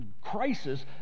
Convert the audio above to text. crisis